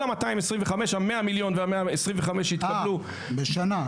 כל ה-225 מיליון ה-100 מיליון וה-125 מיליון שהתקבלו --- בשנה.